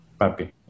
Papi